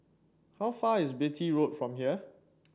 how far is Beatty Road from here